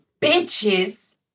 bitches